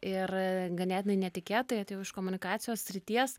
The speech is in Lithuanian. ir ganėtinai netikėtai atėjau iš komunikacijos srities